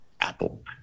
apple